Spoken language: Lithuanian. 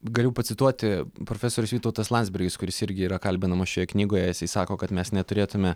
galiu pacituoti profesorius vytautas landsbergis kuris irgi yra kalbinamas šioje knygoje jisai sako kad mes neturėtume